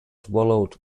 followed